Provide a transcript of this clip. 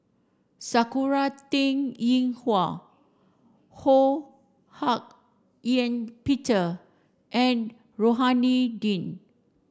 Sakura Teng Ying Hua Ho Hak Ean Peter and Rohani Din